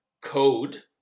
code